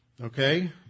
Okay